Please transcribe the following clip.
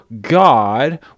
God